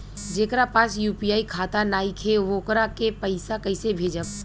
जेकरा पास यू.पी.आई खाता नाईखे वोकरा के पईसा कईसे भेजब?